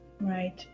right